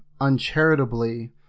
uncharitably